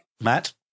Matt